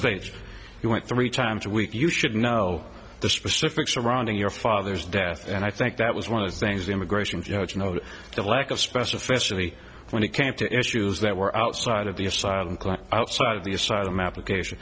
states you went three times a week you should know the specifics surrounding your father's death and i think that was one of the things the immigration note the lack of specificity when it came to issues that were outside of the asylum claim outside of the asylum application